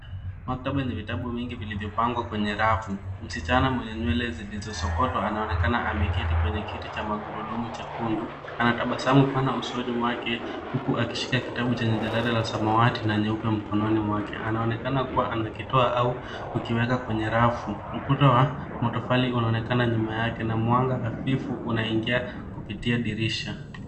Maktaba ina vitabu mingi vilivyopango kwenye rafu. Msichana mwenye nywele zilizosokotwa anaonekana ameketi kwenye kiti cha magurudumu chekundu. Anatabasamu pana usoni mwake, huku akishika kitabu chenye jarada ya samawati na nyeupe mkononi mwake. Anaonekana kuwa anakitoa au ukiweka kwenye rafu. Ukuta wa matofari unaonekana nyuma yake na mwanga hafifu unaingia kupitia dirisha.